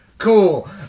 cool